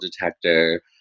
detector